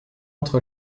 entre